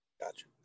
Gotcha